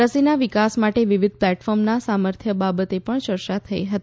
રસીના વિકાસ માટે વિવિધ પ્લેટફોર્મના સામર્થ્ય બાબતે પણ ચર્ચા થઈ હતી